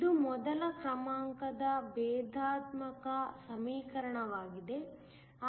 ಇದು ಮೊದಲ ಕ್ರಮಾಂಕದ ಭೇದಾತ್ಮಕ ಸಮೀಕರಣವಾಗಿದೆ